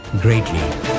greatly